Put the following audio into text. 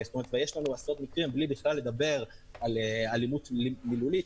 ויש לנו עשרות מקרים בלי בכלל לדבר על אלימות מילולית,